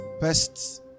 pests